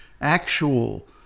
actual